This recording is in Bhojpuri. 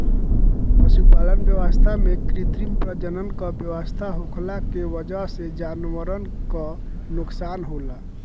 पशुपालन व्यवस्था में कृत्रिम प्रजनन क व्यवस्था होखला के वजह से जानवरन क नोकसान होला